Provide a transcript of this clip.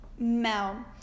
Mel